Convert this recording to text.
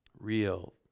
real